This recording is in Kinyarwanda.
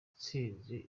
watsinze